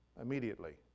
immediately